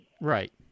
Right